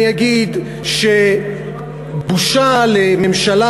אני אגיד שבושה לממשלה,